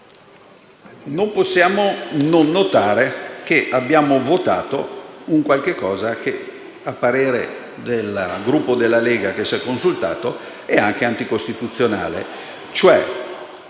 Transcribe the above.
Non possiamo non notare che abbiamo votato un qualcosa che, a parere del Gruppo della Lega, che si è consultato in proposito, è anticostituzionale.